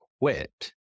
quit